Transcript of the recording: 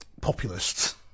populists